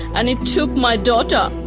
and it took my daughter.